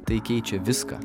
tai keičia viską